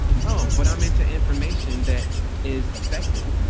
no, but i'm into information that is effective.